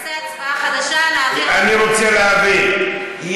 תעשה הצבעה חדשה, נעביר לפנים.